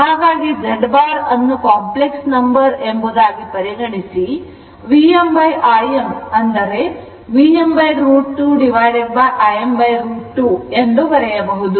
ಹಾಗಾಗಿ Z bar ಅನ್ನು complex number ಎಂಬುದಾಗಿ ಪರಿಗಣಿಸಿ VmIm is one or ಅಥವಾ Vm√ 2Im√ 2 ಎಂದು ಬರೆಯಬಹುದು